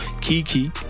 Kiki